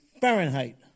Fahrenheit